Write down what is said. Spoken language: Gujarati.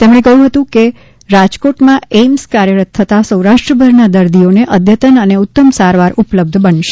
તેમણે ઉમેર્થું હતું કે રાજકોટમાં એઇમ્સ કાર્યરત થતાં સૌરાષ્ટ્રભરના દર્દીઓને અદ્યતન અને ઉત્તમ સારવાર ઉપલબ્ધ બનશે